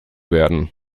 werden